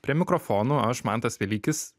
prie mikrofonų aš mantas velykis